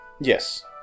Yes